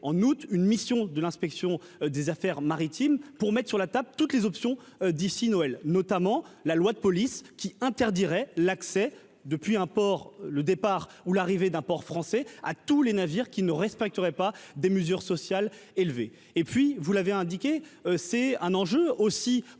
en août, une mission de l'Inspection des affaires maritimes pour mettre sur la table toutes les options d'ici Noël, notamment la loi de police qui interdirait l'accès depuis un port le départ ou l'arrivée d'un port français à tous les navires qui ne respecteraient pas des mesures sociales élevées, et puis vous l'avez indiqué c'est un enjeu aussi,